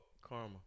karma